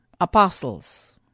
apostles